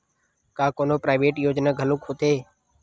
का कोनो प्राइवेट योजना घलोक होथे?